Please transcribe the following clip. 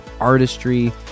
Artistry